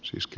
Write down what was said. sysky